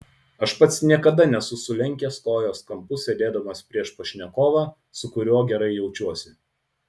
aš pats niekada nesu sulenkęs kojos kampu sėdėdamas prieš pašnekovą su kuriuo gerai jaučiuosi